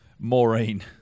Maureen